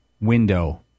window